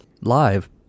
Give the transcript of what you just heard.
live